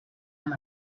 amb